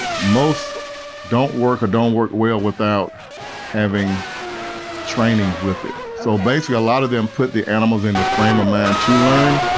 most don't work or don't work well without having training with it. so basically, a lot of them put the animals in the frame of mind to learn,